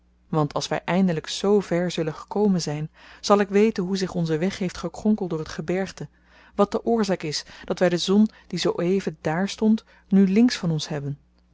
want als wy eindelyk z ver zullen gekomen zyn zal ik weten hoe zich onze weg heeft gekronkeld door t gebergte wat de oorzaak is dat wy de zon die zoo-even dààr stond nu links van ons hebben